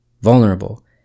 Vulnerable